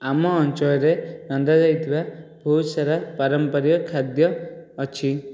ଆମ ଅଞ୍ଚଳରେ ରନ୍ଧାଯାଇଥିବା ବହୁତ ସାରା ପାରମ୍ପାରିକ ଖାଦ୍ୟ ଅଛି